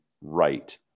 right